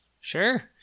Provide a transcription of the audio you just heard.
Sure